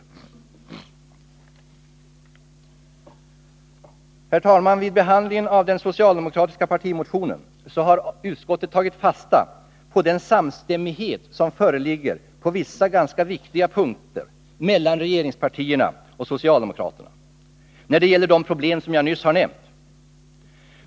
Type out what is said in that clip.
Herr talman! Vid behandlingen av den socialdemokratiska partimotionen har utskottet tagit fasta på den samstämmighet mellan regeringspartierna och socialdemokraterna som föreligger på vissa ganska viktiga punkter när det gäller de problem som jag nu har nämnt.